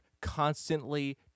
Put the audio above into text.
constantly